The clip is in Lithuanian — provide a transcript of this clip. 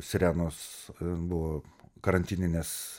sirenos buvo karantininės